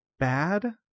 Bad